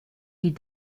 die